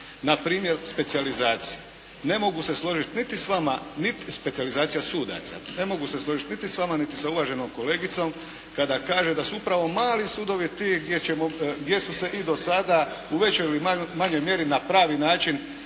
s vama, specijalizacija sudaca, ne mogu se složiti niti s vama niti s uvaženom kolegicom kada kaže da su upravo mali sudovi ti gdje su se i sada u većoj ili manjoj mjeri na pravi način